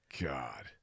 God